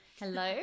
Hello